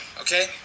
okay